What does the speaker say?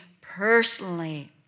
personally